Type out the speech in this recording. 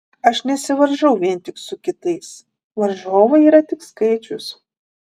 aš nesivaržau vien tik su kitais varžovai yra tik skaičius